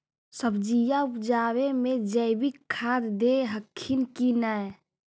सब्जिया उपजाबे मे जैवीक खाद दे हखिन की नैय?